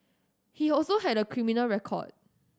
he also had a criminal record